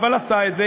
אבל הוא עשה את זה,